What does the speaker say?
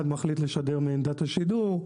אחד מחליט לשדר מעמדת השידור.